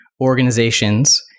organizations